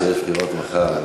כשיש בחירות מחר?